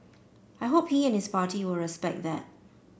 I hope he and his party will respect that